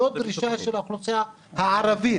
זו דרישה של האוכלוסייה הערבית,